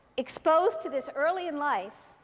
exposed to this early in life,